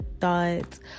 thoughts